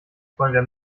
wollen